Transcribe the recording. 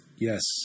Yes